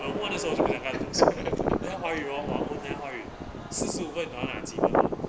but I warn 的时候就倍加他读 sport 你的华语 orh 完过点华语四十五分到拿几分 mah